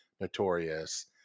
Notorious